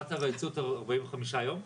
חובת ההיוועצות, 45 יום?